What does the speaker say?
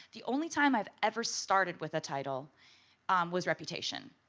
the only time i've ever started with a title was reputation.